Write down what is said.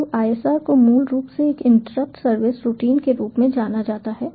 तो isr को मूल रूप से एक इंटरप्ट सर्विस रूटीन के रूप में जाना जाता है